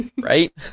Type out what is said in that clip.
Right